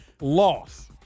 loss